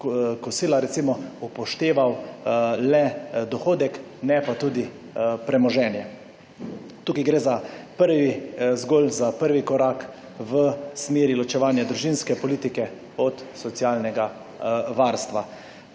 kosila recimo upošteval le dohodek ne pa tudi premoženje. Tukaj gre za prvi korak v smeri ločevanja družinske politike od socialnega varstva.